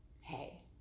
hey